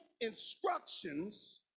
instructions